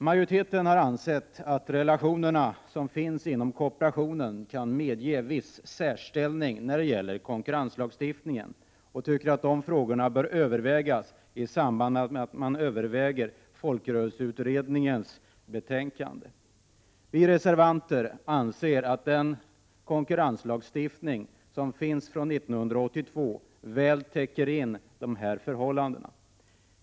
Majoriteten har ansett att relationerna inom kooperationen kan medge viss särställning när det gäller konkurrenslagstiftningen och tycker att dessa frågor bör övervägas i samband med att man behandlar folkrörelseutredningens betänkande. Vi reservanter anser att den konkurrenslagstiftning som finns från 1982 väl täcker in dessa förhållanden.